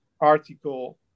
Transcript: article